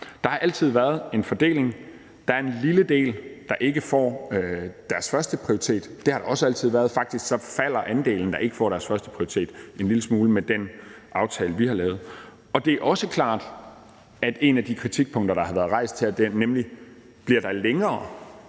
Der har altid været en fordeling. Der er en lille del, der ikke får deres førsteprioritet, og det har der også altid været. Faktisk falder andelen, der ikke får deres førsteprioritet, en lille smule med den aftale, vi har lavet. Og i forhold til et af de kritikpunkter, der også har været rejst her, nemlig om der bliver længere